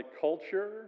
culture